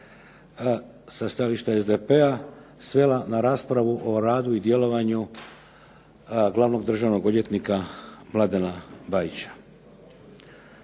sa stajališta SDP-a svela na raspravu o radu i djelovanju glavnog državnog odvjetnika Mladena Bajića.